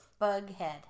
Bughead